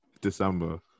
December